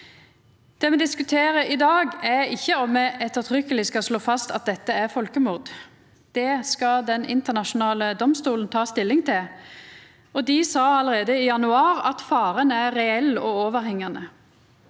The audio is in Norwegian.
Det me diskuterer i dag, er ikkje om me ettertrykkeleg skal slå fast at dette er folkemord. Det skal Den internasjonale domstolen ta stilling til. Dei sa allereie i januar at faren er reell og overhengande.